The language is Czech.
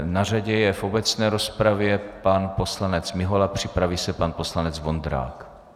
Na řadě je v obecné rozpravě pan poslanec Mihola, připraví se pan poslanec Vondrák.